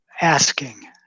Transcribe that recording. asking